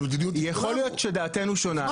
זה מדיניות --- יכול להיות שדעתנו שונה,